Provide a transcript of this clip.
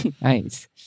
Nice